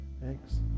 thanks